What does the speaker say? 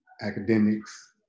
academics